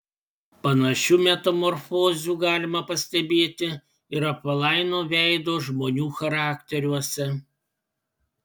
panašių metamorfozių galima pastebėti ir apvalaino veido žmonių charakteriuose